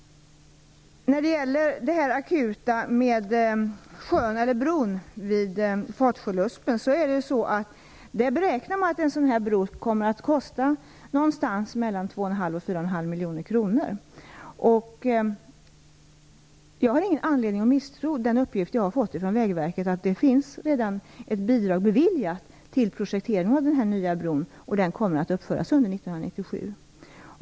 När det gäller bron vid Fatsjöluspen, som är akut, beräknas kostnaden till ca 2,5-4,5 miljoner kronor. Jag har ingen anledning att misstro den uppgift som jag har fått från Vägverket, att det redan finns ett bidrag beviljat till projektering av den nya bron, som kommer att uppföras under 1997.